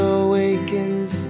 awakens